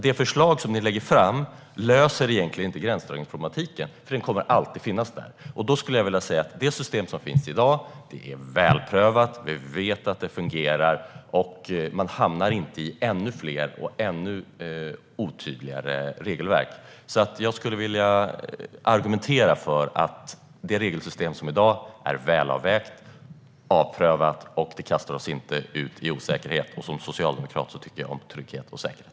Det förslag ni lägger fram löser egentligen inte gränsdragningsproblematiken. Den kommer alltid att finnas där. Då menar jag att det system som finns i dag är välbeprövat, och vi vet att det fungerar. Man hamnar inte i ännu fler och ännu otydligare regelverk med detta system. Jag skulle därför vilja argumentera för det regelsystem som finns i dag och som är välavvägt och beprövat och inte kastar oss ut i osäkerhet. Och som socialdemokrat tycker jag om trygghet och säkerhet.